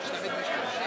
בעד, 40,